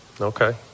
Okay